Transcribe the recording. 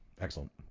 Excellent